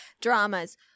dramas